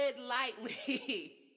lightly